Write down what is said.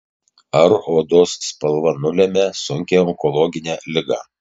ar odos spalva nulemia sunkią onkologinę ligą